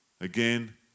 again